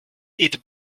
eat